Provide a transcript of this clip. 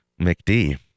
McD